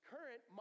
Current